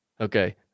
Okay